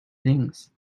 things